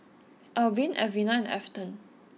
Albin Elvina and Afton